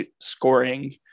scoring